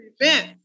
prevent